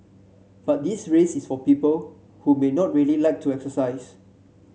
but this race is for people who may not really like to exercise